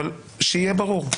אבל שיהיה ברור: